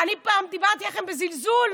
אני פעם דיברתי אליכם בזלזול?